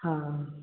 हाँ